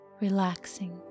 relaxing